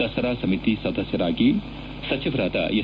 ದಸರಾ ಸಮಿತಿ ಸದಸ್ಯರಾಗಿ ಸಚಿವರಾದ ಎಸ್